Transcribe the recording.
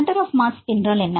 centre of mass என்றால் என்ன